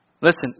Listen